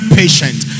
patient